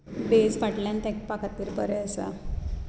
बेज फाटल्यान तेंकपा खातीर बरें आसा